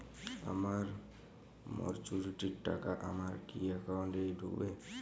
আমার ম্যাচুরিটির টাকা আমার কি অ্যাকাউন্ট এই ঢুকবে?